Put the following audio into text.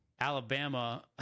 Alabama